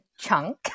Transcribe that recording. Chunk